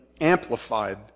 amplified